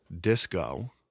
disco